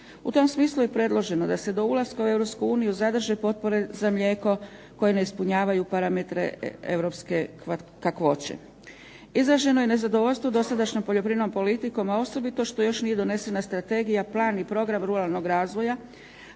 U tom smislu je predloženo da se do ulaska u Europsku uniju zadrže potpore za mlijeko koje ne ispunjavaju parametre Europske kakvoće. Izraženo je nezadovoljstvo dosadašnjom poljoprivrednom politikom a osobito što još nije donesena Strategija plan i program ruralnog razvoja,